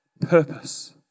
purpose